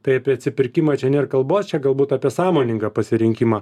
tai apie atsipirkimą čia nėr kalbos čia galbūt apie sąmoningą pasirinkimą